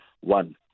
one